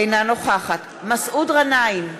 אינה נוכחת מסעוד גנאים,